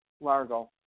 Largo